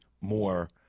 more